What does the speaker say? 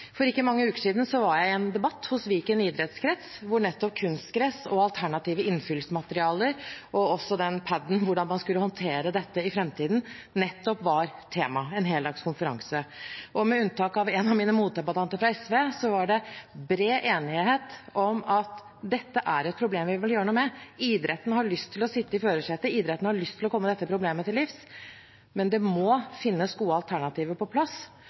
For ikke mange uker siden var jeg i en debatt hos Viken idrettskrets, hvor nettopp kunstgress, alternative innfyllsmaterialer og pad-en var temaet, hvordan man skulle håndtere dette i fremtiden – en heldagskonferanse. Med unntak av en av mine motdebattanter fra SV var det bred enighet om at dette er et problem vi bør gjøre noe med. Idretten har lyst til å sitte i førersetet, idretten har lyst til å komme dette problemet til livs, men det må finnes gode alternativer på plass